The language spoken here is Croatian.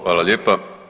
Hvala lijepa.